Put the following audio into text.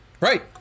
Right